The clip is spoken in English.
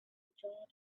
draw